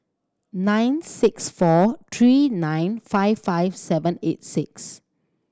nine six four three nine five five seven eight six